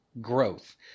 growth